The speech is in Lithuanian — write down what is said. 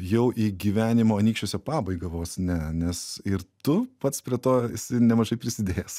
jau į gyvenimo anykščiuose pabaigą vos ne nes ir tu pats prie to esi nemažai prisidėjęs